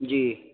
جی